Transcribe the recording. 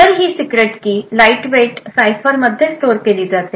तर ही सिक्रेट कि लाईट वेट सायफर मध्ये स्टोअर केली जाते